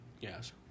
Yes